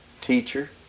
teacher